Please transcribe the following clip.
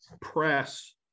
press